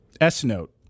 S-Note